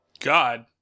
God